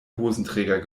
hosenträger